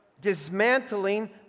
dismantling